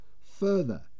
Further